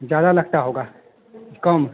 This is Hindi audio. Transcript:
ज़्यादा लगता होगा कि कम